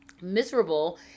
miserable